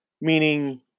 meaning